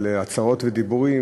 על הצעות ודיבורים,